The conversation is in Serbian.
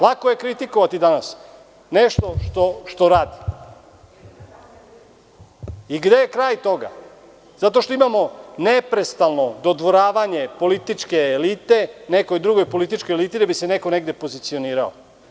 Lako je kritikovati danas nešto što radi i gde je kraj toga zato što imamo neprestano dodvoravanje političke elite nekoj drugoj političkoj eliti da bi se neko negde pozicionirao.